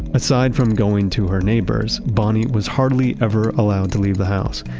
aside from going to her neighbors, bonnie was hardly ever allowed to leave the house,